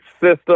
system